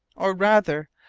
or, rather,